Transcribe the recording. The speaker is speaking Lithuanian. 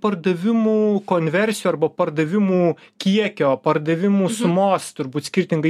pardavimų konversijų arba pardavimų kiekio pardavimų sumos turbūt skirtingai